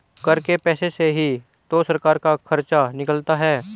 कर के पैसे से ही तो सरकार का खर्चा निकलता है